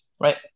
right